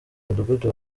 mudugudu